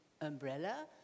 umbrella